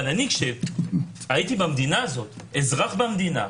כשאני הייתי במדינה הזאת, כשהייתי אזרח במדינה,